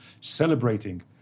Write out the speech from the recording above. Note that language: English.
celebrating